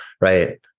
Right